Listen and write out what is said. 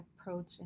approach